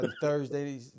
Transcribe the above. Thursday